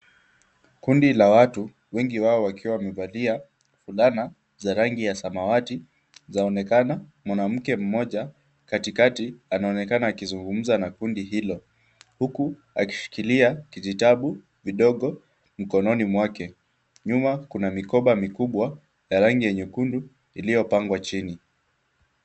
Kundi la watu wengi wao wakiwa wamevalia fulana za rangi ya samawati zaonekana mwanamke mmoja katikati anaonekana akizungumza na kundi hilo huku akishikilia kijitabu vidogo mkononi mwake. Nyuma kuna mikoba mikubwa ya rangi ya nyekundu iliyopangwa chini.